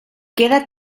queda